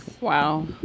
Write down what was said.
Wow